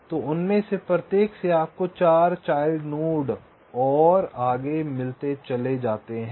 तो उनमें से प्रत्येक से आपको 4 चाइल्ड नोड और आगे मिलते चले जाते हैं